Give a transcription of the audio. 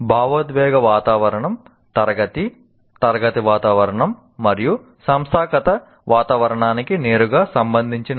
భావోద్వేగ వాతావరణం తరగతి తరగతి వాతావరణం మరియు సంస్థాగత వాతావరణానికి నేరుగా సంబంధించినది